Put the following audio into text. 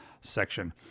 section